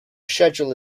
schedule